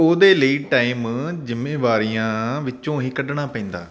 ਉਹਦੇ ਲਈ ਟਾਈਮ ਜ਼ਿੰਮੇਵਾਰੀਆਂ ਵਿੱਚੋਂ ਹੀ ਕੱਢਣਾ ਪੈਂਦਾ